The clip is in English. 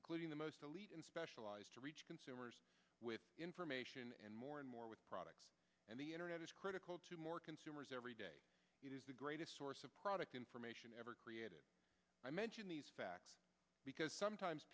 including the most elite and specialized to reach consumers with information and more and more with products and the internet is critical to more consumers every day it is the greatest source of product information ever created i mention these facts because sometimes